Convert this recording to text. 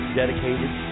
dedicated